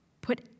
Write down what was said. put